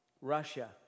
Russia